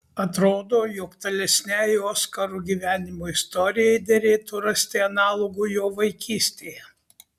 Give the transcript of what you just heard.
atrodo jog tolesnei oskaro gyvenimo istorijai derėtų rasti analogų jo vaikystėje